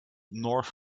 north